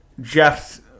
Jeff's